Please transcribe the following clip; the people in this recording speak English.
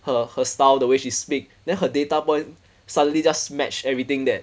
her her style the way she speak then her data point suddenly just match everything that